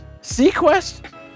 sequest